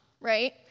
right